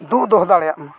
ᱫᱩᱜ ᱫᱚᱦᱚ ᱫᱟᱲᱮᱭᱟᱜ ᱢᱟ